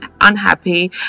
unhappy